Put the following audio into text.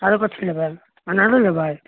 आरो किछु लेबै अनारो लेबै